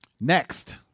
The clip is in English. Next